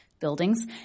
buildings